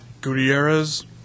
Gutierrez